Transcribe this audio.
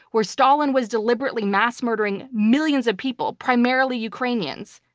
where stalin was deliberately mass-murdering millions of people, primarily ukrainians.